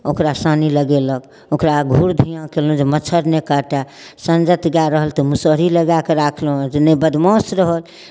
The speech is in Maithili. ओकरा सानी लगयलक ओकरा घूर धुइआँ कयलहुँ जे मच्छर नहि काटय सञ्जत गाए रहल तऽ मसहरी लगा कऽ राखलहुँ जे नहि बदमाश रहल